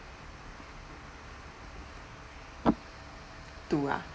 two ah